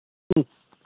ꯎꯝ